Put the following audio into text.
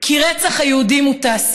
כי רצח היהודים הוא תעשייתי,